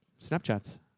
Snapchats